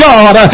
God